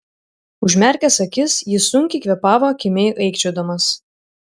užmerkęs akis jis sunkiai kvėpavo kimiai aikčiodamas